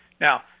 Now